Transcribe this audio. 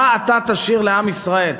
מה אתה תשאיר לעם ישראל?